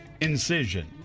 incision